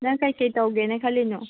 ꯅꯪ ꯀꯩ ꯀꯩ ꯇꯧꯒꯦꯅ ꯈꯜꯂꯤꯅꯣ